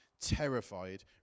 terrified